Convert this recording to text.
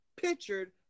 Pictured